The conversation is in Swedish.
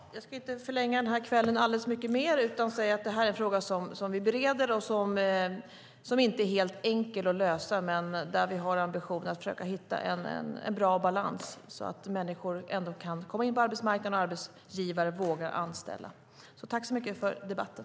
Herr talman! Jag ska inte förlänga den här kvällen så mycket mer utan vill bara säga att det här är en fråga som vi bereder och som inte är helt enkel att lösa. Men vi har ambitionen att försöka hitta en bra balans så att människor kan komma in på arbetsmarknaden och arbetsgivare vågar anställa. Tack så mycket för debatten!